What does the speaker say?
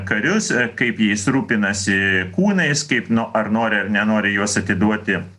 karius kaip jais rūpinasi kūnais kaip nu ar nori ar nenori juos atiduoti